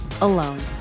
alone